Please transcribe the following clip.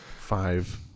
five